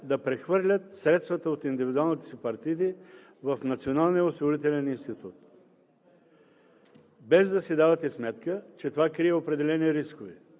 да прехвърлят средствата от индивидуалните си партиди в Националния осигурителен институт, без да си давате сметка, че това крие определени рискове.